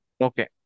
Okay